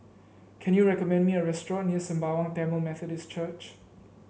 can you recommend me a restaurant near Sembawang Tamil Methodist Church